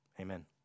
Amen